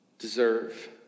deserve